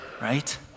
right